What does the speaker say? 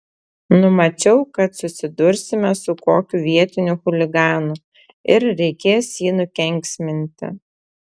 numačiau kad susidursime su kokiu vietiniu chuliganu ir reikės jį nukenksminti